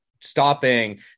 stopping